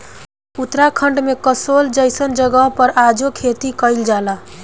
उत्तराखंड में कसोल जइसन जगह पर आजो खेती कइल जाला